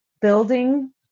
building